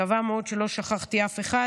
מקווה מאוד שלא שכחתי אף אחד.